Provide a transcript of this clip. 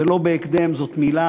זה לא "בהקדם"; זאת מילה,